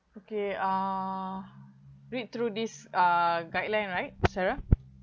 okay uh read through this uh guideline right sarah